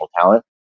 talent